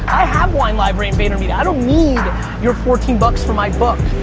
i have wine library and vayermedia. i don't need your fourteen bucks for my book,